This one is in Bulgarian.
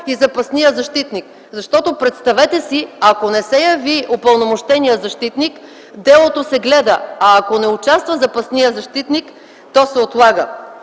и запасният защитник. Представете си, ако не се яви упълномощеният защитник, делото се гледа, а ако не участват запасният защитник – то се отлага.